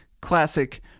classic